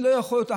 לא יכול להיות,